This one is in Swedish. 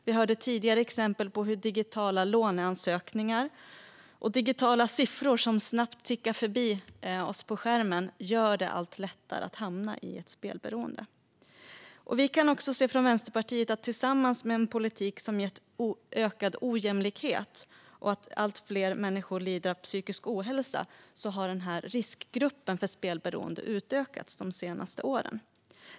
Vi hörde tidigare exempel på hur digitala låneansökningar och digitala siffror som snabbt tickar förbi på skärmen gör det allt lättare att hamna i ett spelberoende. Vi i Vänsterpartiet kan också se att en politik som gett ökad ojämlikhet tillsammans med att allt fler människor lider av psykisk ohälsa har gjort att riskgruppen för spelberoende utökats de senaste åren.